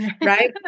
Right